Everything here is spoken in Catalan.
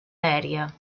aèria